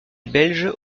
belge